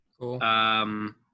Cool